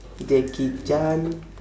jackie chan